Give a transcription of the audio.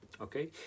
okay